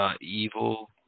Evil